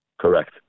Correct